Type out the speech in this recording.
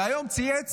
והיום צייץ